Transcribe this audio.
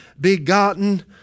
begotten